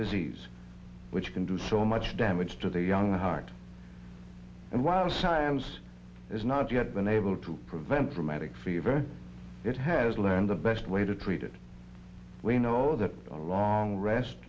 disease which can do so much damage to the young heart and while science is not yet been able to prevent from attic fever it has learned the best way to treat it we know that a long rest